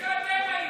איפה אתם הייתם?